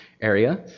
area